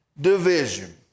division